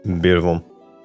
Beautiful